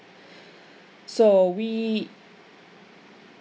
so we